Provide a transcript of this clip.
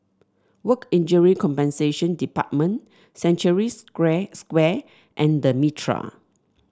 Work Injury Compensation Department Century Square and The Mitraa